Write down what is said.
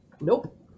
Nope